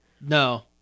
No